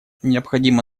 необходимо